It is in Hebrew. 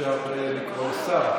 אפשר לקרוא לשר?